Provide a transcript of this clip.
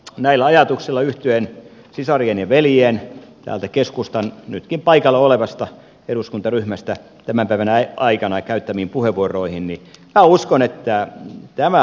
näillä ajatuksilla yhtyen sisarien ja veljien täältä keskustan nytkin paikalla olevasta eduskuntaryhmästä tämän päivän aikana käyttämiin puheenvuoroihin minä uskon että tämä hanke